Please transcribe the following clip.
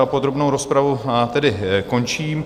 Podrobnou rozpravu tedy končím.